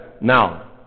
Now